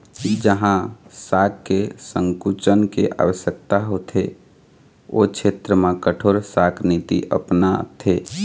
जहाँ शाख के संकुचन के आवश्यकता होथे ओ छेत्र म कठोर शाख नीति अपनाथे